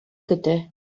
көтә